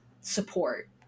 support